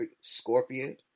Scorpion